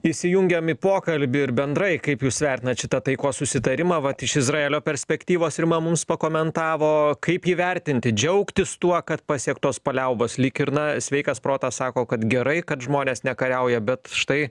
įsijungiam į pokalbį ir bendrai kaip jūs vertinat šitą taikos susitarimą vat iš izraelio perspektyvos rima mums pakomentavo kaip jį vertinti džiaugtis tuo kad pasiektos paliaubos lyg ir na sveikas protas sako kad gerai kad žmonės nekariauja bet štai